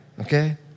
Okay